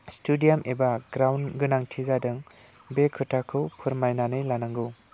stadium एबा round गोनांथि जादों बे खोथाखौ फोरमायनानै लानांगौ